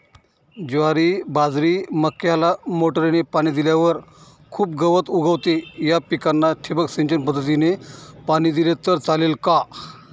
ज्वारी, बाजरी, मक्याला मोटरीने पाणी दिल्यावर खूप गवत उगवते, या पिकांना ठिबक सिंचन पद्धतीने पाणी दिले तर चालेल का?